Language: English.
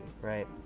right